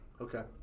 Okay